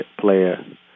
player